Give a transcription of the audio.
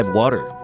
water